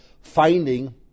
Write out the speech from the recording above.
finding